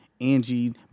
Angie